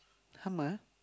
hummer